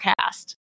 cast